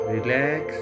Relax